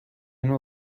نوع